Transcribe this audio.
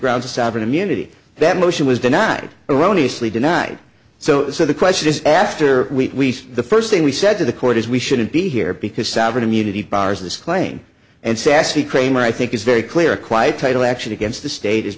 grounds of sovereign immunity that motion was denied erroneous lee denied so the question is after we the first thing we said to the court is we shouldn't be here because sovereign immunity bars this claim and sassy kramer i think is very clear quite title action against the state is